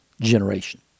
generation